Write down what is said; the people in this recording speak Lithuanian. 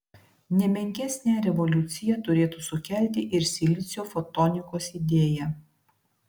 ne menkesnę revoliuciją turėtų sukelti ir silicio fotonikos idėja